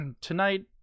tonight